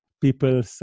people